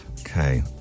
Okay